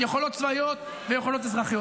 יכולות צבאיות ויכולות אזרחיות.